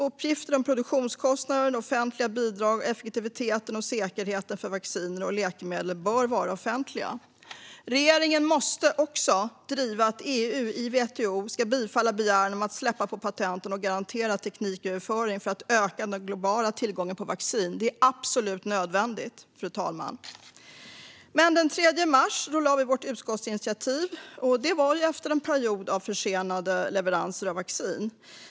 Uppgifter om produktionskostnader, offentliga bidrag, effektiviteten och säkerheten för vacciner och läkemedel bör vara offentliga. Regeringen måste också driva att EU i WTO ska bifalla begäran om att släppa på patenten och garantera tekniköverföring för att öka den globala tillgången på vaccin. Det är absolut nödvändigt, fru talman. Den 3 mars lade vi fram vårt förslag till utskottsinitiativ. Det var efter en period av försenade leveranser av vaccin.